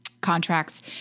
contracts